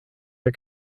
der